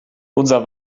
unser